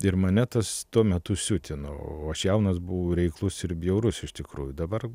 ir mane tas tuo metu siutino o aš jaunas buvau reiklus ir bjaurus iš tikrųjų dabar